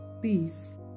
Please